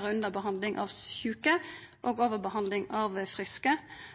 redusera underbehandling av sjuke